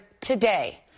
today